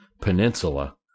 Peninsula